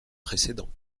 précédents